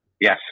Yes